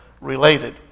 related